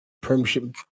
premiership